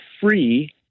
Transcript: free